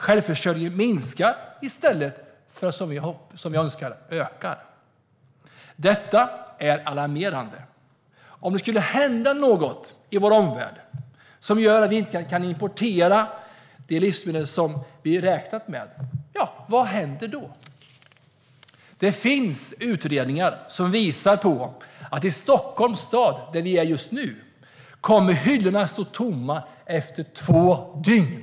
Självförsörjningen minskar i stället för att, som vi önskar, öka. Det är alarmerande. Vad händer ifall det skulle hända något i vår omvärld som innebär att vi inte kan importera det livsmedel som vi räknat med? Det finns utredningar som visar att hyllorna i Stockholms stad, där vi är just nu, kommer att stå tomma efter två dygn.